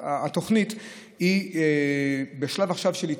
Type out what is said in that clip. התוכנית היא עכשיו בשלב האיתור.